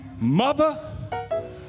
Mother